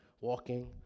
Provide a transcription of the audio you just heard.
walking